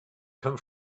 come